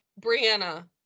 Brianna